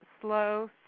slow